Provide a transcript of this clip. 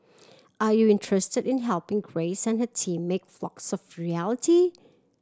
are you interested in helping Grace and her team make Flocks a reality